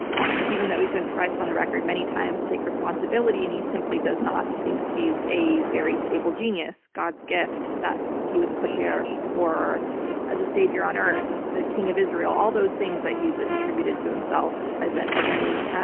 and even though he's been pressed on the record many times to take responsibility and he simply does not. he thinks he's a very stable genius, god's gift, that he was put here for as a savior on earth, the king of israel, all those things that he's attributed to himself as ah as any